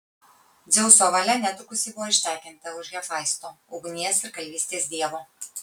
dzeuso valia netrukus ji buvo ištekinta už hefaisto ugnies ir kalvystės dievo